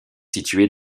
située